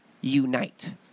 unite